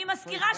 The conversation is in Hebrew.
אני מזכירה,